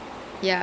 okay